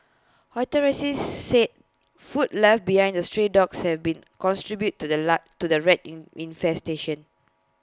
authorities said food left behind the stray dogs have been cons tribute to the to the rat in infestation